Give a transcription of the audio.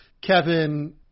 Kevin